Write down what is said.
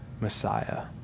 Messiah